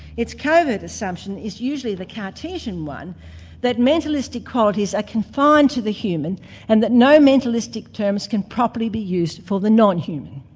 it's covert assumption is usually the cartesian one that mentalistic qualities are confined to the human and that no mentalistic terms can properly be used for the non-human.